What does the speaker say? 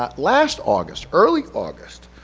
ah last august, early august,